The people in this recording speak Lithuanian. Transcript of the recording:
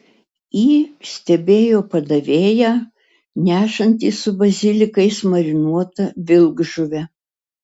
ji stebėjo padavėją nešantį su bazilikais marinuotą vilkžuvę